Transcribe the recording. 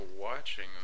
watching